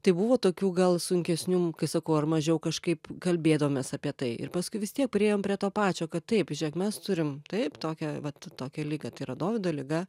tai buvo tokių gal sunkesnių kai sakau ar mažiau kažkaip kalbėdavomės apie tai ir paskui vis tiek priėjom prie to pačio kad taip žėk mes turim taip tokią vat tokią ligą tai yra dovydo liga